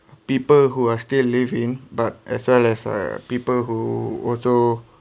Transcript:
people who are still living but as well as err people who also